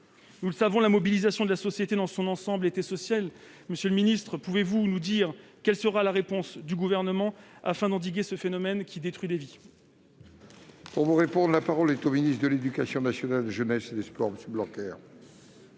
Nous le savons, la mobilisation de la société dans son ensemble est essentielle. Monsieur le ministre, pouvez-vous nous dire quelle sera la réponse du Gouvernement afin d'endiguer ce phénomène qui détruit des vies ? La parole est à M. le ministre de l'éducation nationale, de la jeunesse et des sports. Monsieur le